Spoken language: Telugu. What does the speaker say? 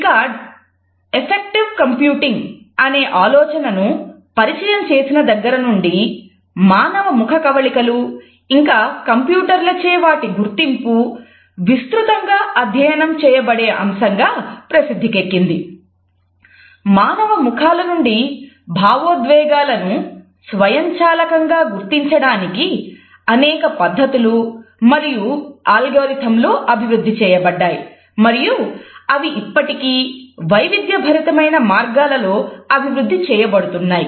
పికార్డ్ అభివృద్ధి చేయబడ్డాయి మరియు అవి ఇప్పటికీ వైవిధ్యభరితమైన మార్గాల్లో అభివృద్ధి చేయబడుతున్నాయి